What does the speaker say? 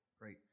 Great